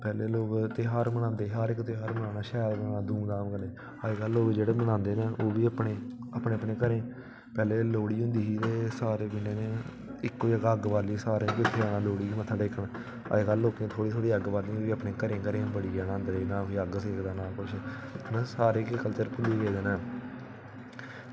पैह्लें लोक ध्यार मनांदे हे हर इक्क ध्यार मनाना शैल मनाना धूम धाम कन्नै अज्जकल लोग जेह्ड़े मनांदे हैन ओह्बी अपने अपने घरें पैह्लें लोह्ड़ी होंदी ही ते सारे जन्ने इक्को जगह अग्ग बालनी ते मत्थे टेकना अज्जकल लोकें थोह्ड़ी थोह्ड़ी अग्ग बालनी अपने अपने घरें घरें ते ओह्बी अग्ग निं सेकनी बड़ी जाना अपने अपने अंदरें ओह्बी मतलब कल्चर भुल्ली गेदे न